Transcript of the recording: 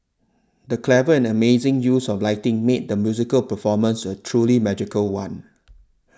the clever and amazing use of lighting made the musical performance a truly magical one